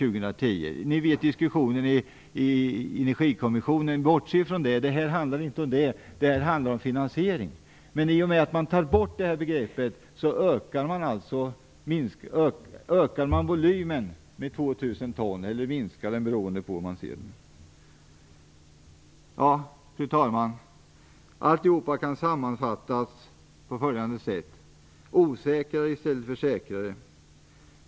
Vi kan bortse ifrån diskussionen i Energikommissionen. Detta handlar inte om det utan om finansieringen. Men i och med att man tar bort det här begreppet ökar man volymen med 2 000 ton, eller minskar den beroende på hur man ser det. Fru talman! Allt detta kan sammanfattas på följande sätt. Osäkrare i stället för säkrare.